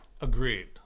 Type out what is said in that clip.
Agreed